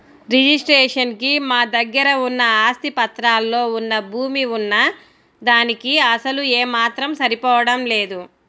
registration కి మా దగ్గర ఉన్న ఆస్తి పత్రాల్లో వున్న భూమి వున్న దానికీ అసలు ఏమాత్రం సరిపోడం లేదు